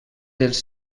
dels